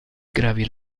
gravi